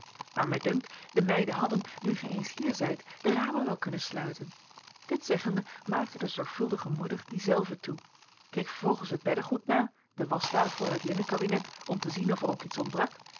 maar mij dunkt de meiden hadden nu gij eens hier zijt de ramen wel kunnen sluiten dit zeggende maakte de zorgvuldige moeder die zelve toe keek vervolgens het beddegoed na de waschtafel en het linnenkabinet om te zien of er ook iets ontbrak